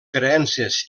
creences